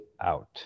out